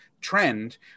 trend